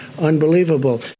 unbelievable